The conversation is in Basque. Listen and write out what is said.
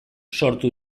sortu